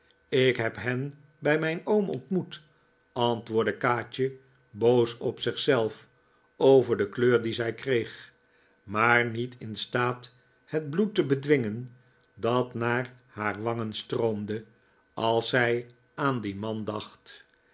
ik heb hen bij mijn oom ontmoet antwoordde kaatje boos op zich zelf over de kleur die zij kreeg maar niet in staat het bloed te bedwingen dat naar haar wangen stroomde als zij aan dien man dacht